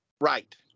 Right